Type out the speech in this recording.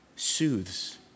soothes